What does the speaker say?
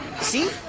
see